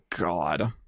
God